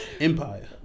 Empire